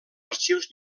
arxius